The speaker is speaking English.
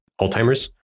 Alzheimer's